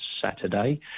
Saturday